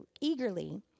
eagerly